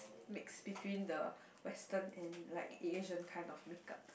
mix between the western and like an Asian kind of make up